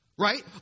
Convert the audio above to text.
Right